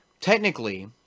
Technically